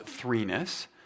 threeness